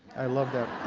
i love that.